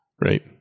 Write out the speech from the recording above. Right